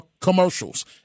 commercials